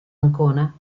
ancona